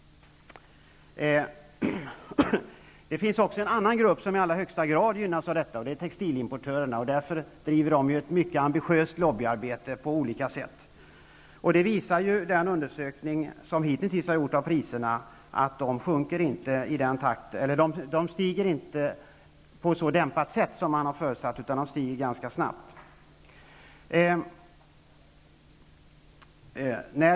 Det finns också en annan grupp som i allra högsta grad gynnas av detta, nämligen textilimportörerna. De driver därför ett mycket ambitiöst lobbyarbete på olika sätt. En undersökning som har gjorts visar att prishöjningarna inte dämpas på det sätt som man hade förutsatt, utan sker ganska snabbt.